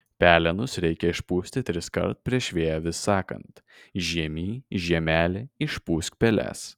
pelenus reikia išpūsti triskart prieš vėją vis sakant žiemy žiemeli išpūsk peles